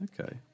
Okay